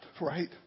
Right